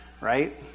right